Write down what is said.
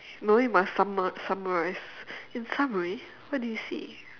no we must summa~ summarize in summary what do you see